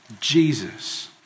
Jesus